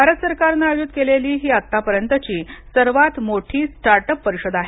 भारत सरकारनं आयोजित केलेली ही आतापर्यंतची सर्वात मोठी स्टार्ट अप परिषद आहे